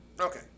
Okay